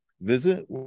visit